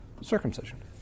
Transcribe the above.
circumcision